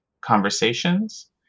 conversations